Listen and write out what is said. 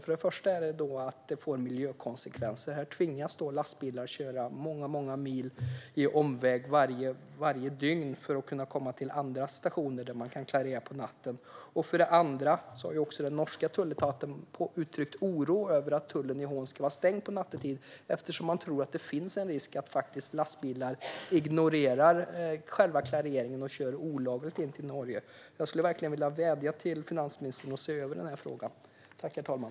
För det första får det miljökonsekvenser när lastbilar tvingas köra omvägar på många mil varje dygn för att kunna komma till andra stationer där man kan klarera på natten. För det andra har också norska Tolletaten uttryckt oro över att tullen i Hån ska vara stängd nattetid, eftersom de tror att det finns risk för att lastbilar ignorerar själva klareringen och kör in i Norge olagligt. Jag vill verkligen vädja till finansministern att hon ser över den här frågan.